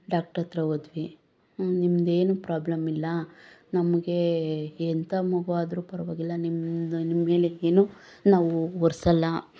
ಡಾಕ್ಟ್ರ ಹತ್ರ ಹೋದ್ವಿ ನಿಮ್ದೇನೂ ಪ್ರಾಬ್ಲಮ್ ಇಲ್ಲ ನಮಗೆ ಎಂಥ ಮಗುವಾದ್ರೂ ಪರವಾಗಿಲ್ಲ ನಿಮ್ಮದು ನಿಮ್ಮ ಮೇಲೆ ಏನೂ ನಾವು ಹೊರ್ಸೋಲ್ಲ